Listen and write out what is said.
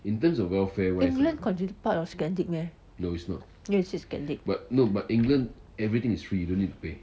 england is considered part of scandic~ meh then you say scandic~